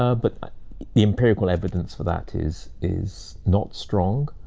ah but the empirical evidence for that is is not strong.